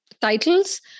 titles